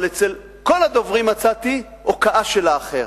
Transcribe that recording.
אבל אצל כל הדוברים מצאתי הוקעה של האחר.